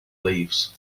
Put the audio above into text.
leaves